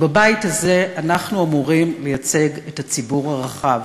כי בבית הזה אנחנו אמורים לייצג את הציבור הרחב,